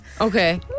okay